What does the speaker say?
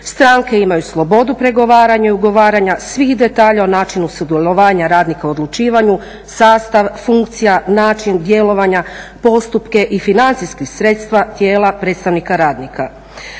Stranke imaju slobodu pregovaranja i ugovaranja svih detalja o načinu sudjelovanja radnika u odlučivanju, sastav, funkcija, način djelovanja, postupke i financijskih sredstava tijela predstavnika radnika.